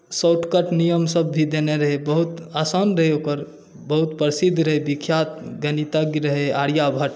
shortcut नियमसभ भी देने रहै बहुत आसान रहै ओकर बहुत प्रसिद्ध रहै विख्यात गणितज्ञ रहै आर्यभट्ट